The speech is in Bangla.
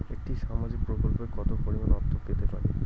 একটি সামাজিক প্রকল্পে কতো পরিমাণ অর্থ পেতে পারি?